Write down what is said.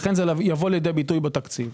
לכן זה יבוא לידי ביטוי בתקציב.